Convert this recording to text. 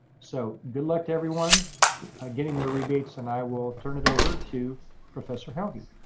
so good luck to everyone getting their rebates. and i will turn it over to professor helge.